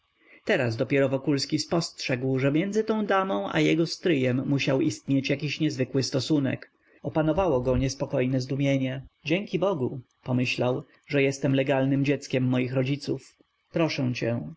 teraz dopiero wokulski spostrzegł że między tą damą a jego stryjem musiał istnieć jakiś niezwykły stosunek opanowało go niespokojne zdumienie dzięki bogu pomyślał że jestem legalnem dzieckiem moich rodziców proszę cię